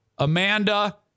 Amanda